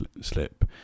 slip